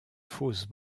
fausses